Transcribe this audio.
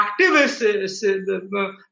activists